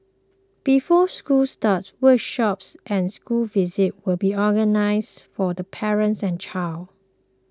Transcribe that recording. before school starts workshops and school visits will be organised for the parents and child